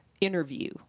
interview